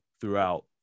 throughout